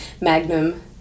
Magnum